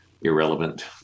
irrelevant